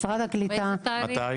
משרד הקליטה,